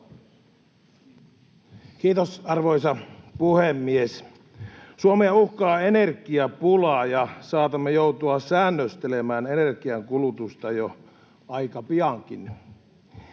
Kiitos, arvoisa puhemies! Suomea uhkaa energiapula, ja saatamme joutua säännöstelemään energiankulutusta jo aika piankin.